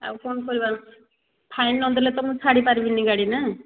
ଆଉ କ'ଣ କରିବା ଫାଇନ୍ ନଦେଲେ ତ ମୁଁ ଛାଡ଼ି ପାରିବିନି ଗାଡ଼ି ନା